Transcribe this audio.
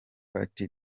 party